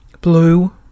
Blue